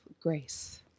grace